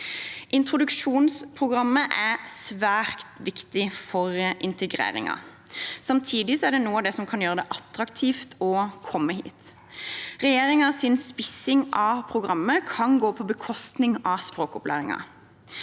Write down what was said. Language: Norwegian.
Introduksjonsprogrammet er svært viktig for integreringen, og samtidig er det noe av det som kan gjøre det attraktivt å komme hit. Regjeringens spissing av programmet kan gå på bekostning av språkopplæringen.